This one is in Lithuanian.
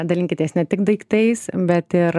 dalinkitės ne tik daiktais bet ir